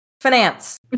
finance